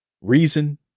reason